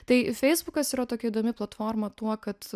tai feisbukas yra tokia įdomi platforma tuo kad